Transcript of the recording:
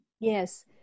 Yes